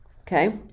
Okay